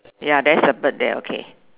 ya there's a bird there okay